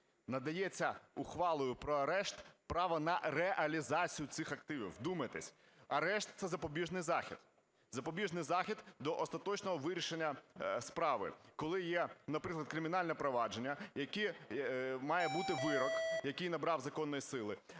надається ухвалою про арешт право на реалізацію цих активів. Вдумайтесь, арешт – це запобіжний захід. Запобіжний захід до остаточного вирішення справи, коли є, наприклад, кримінальне провадження, має бути вирок, який набрав законної сили,